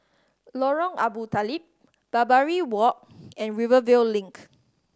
Lorong Abu Talib Barbary Walk and Rivervale Link